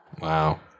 Wow